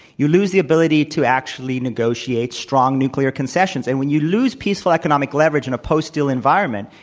you lose the ability to actually negotiate strong nuclear concessions. and when you lose peaceful economic leverage in a post deal environment,